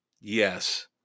Yes